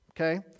okay